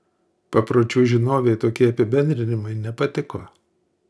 papročių žinovei tokie apibendrinimai nepatiko